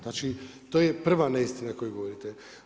Znači to je prva neistina koju govorite.